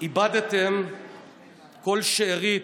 איבדתם כל שארית,